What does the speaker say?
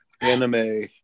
Anime